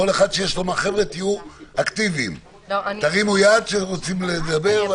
חבר'ה, תהיו אקטיביים, תרימו יד כשרוצים לדבר.